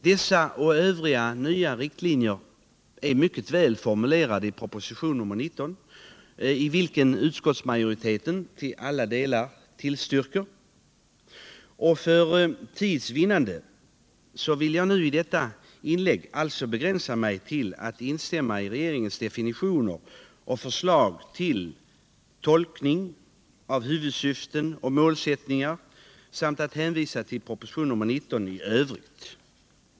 Dessa och övriga nya riktlinjer är mycket välformulerade i proposition nr 19, vilken utskottsmajoriteten till alla delar tillstyrker. För tids vinnande vill jag i detta anförande begränsa mig till att instämma i regeringens definitioner och förslag till tolkning av huvudsyften och målsättningar. I övrigt hänvisar jag till proposition nr 19.